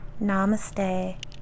namaste